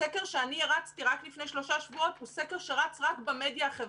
הסקר שאני הרצתי רק לפני שלושה שבועות הוא סקר שרץ רק במדיה החברתית.